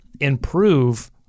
improve